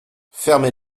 fermez